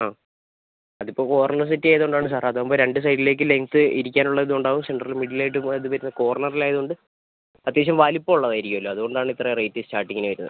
ആ അതിപ്പം corner settee ആയതുകൊണ്ടാണ് സാർ അതാവുമ്പം രണ്ട് സൈഡിലേക്ക് ലെങ്ത് ഇരിക്കാനുള്ള ഇതും ഉണ്ടാവും സെൻ്ററിൽ മിഡിൽ ആയിട്ട് പോയത് വരുന്നത് കോർണറിൽ ആയതുകൊണ്ട് അത്യാവശ്യം വലിപ്പം ഉള്ളത് ആയിരിക്കുമല്ലോ അതുകൊണ്ടാണ് ഇത്ര റേറ്റ് സ്റ്റാർട്ടിംഗിൽ വരുന്നത്